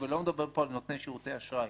אני לא מדבר פה על נותני שירותי אשראי.